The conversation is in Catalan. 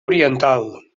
oriental